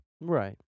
Right